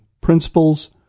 principles